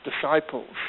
disciples